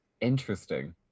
Interesting